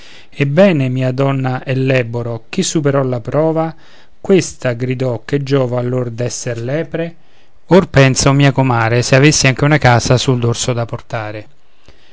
ebben mia donna elleboro chi superò la prova questa gridò che giova allora d'esser lepre or pensa o mia comare se avevi anche una casa sul dosso da portare